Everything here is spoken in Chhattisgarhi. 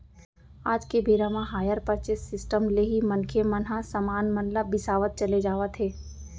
आज के बेरा म हायर परचेंस सिस्टम ले ही मनखे मन ह समान मन ल बिसावत चले जावत हे